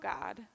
God